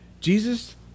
Jesus